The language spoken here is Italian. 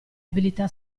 abilità